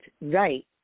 right